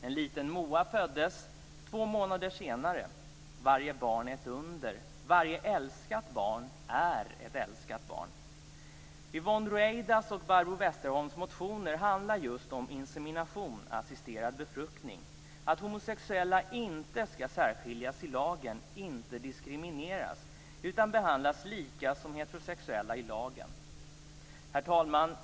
En liten Moa föddes två månader senare. Varje barn är ett under. Varje älskat barn är ett älskat barn. Yvonne Ruwaidas och Barbro Westerholms motioner handlar just om insemination - assisterad befruktning - att homosexuella inte skall särskiljas, inte diskrimineras, utan behandlas lika som heterosexuella i lagen. Herr talman!